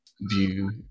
view